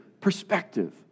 perspective